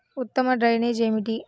ఉత్తమ డ్రైనేజ్ ఏమిటి?